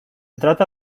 trata